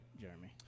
Jeremy